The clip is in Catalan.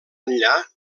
enllà